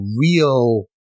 real